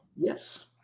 Yes